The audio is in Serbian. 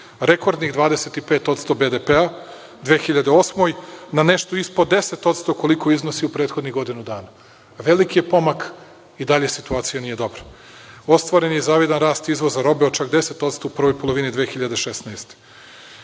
rekordnih 25% BDP u 2008. na nešto ispod 10% koliko iznosi u prethodnih godinu dana. Veliki je pomak, ali i dalje situacija nije dobra. Ostvaren je i zavidan rast izvoza robe od čak 10% u prvoj polovini 2016.